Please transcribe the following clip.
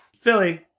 Philly